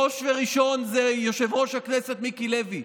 ראש וראשון זה יושב-ראש הכנסת מיקי לוי.